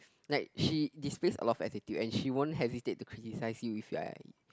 like she displace a lot of attitude and she won't hesitate to criticise you if you are